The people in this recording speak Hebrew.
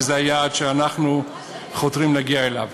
שזה היעד שאנחנו חותרים להגיע אליו.